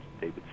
David